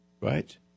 right